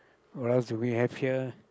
or else we have here